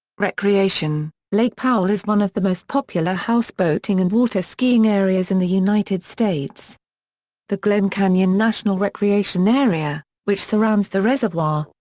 recreation lake powell is one of the most popular houseboating and and water-skiing areas in the united states the glen canyon national recreation area, which surrounds the reservoir,